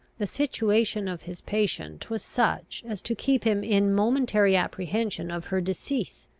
the situation of his patient was such, as to keep him in momentary apprehension of her decease.